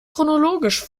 chronologisch